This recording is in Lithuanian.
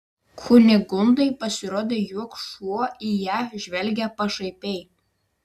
kunigundai pasirodė jog šuo į ją žvelgia pašaipiai